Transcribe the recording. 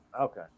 Okay